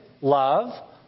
love